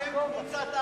בשם קבוצת הארבעה,